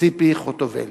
ציפי חוטובלי.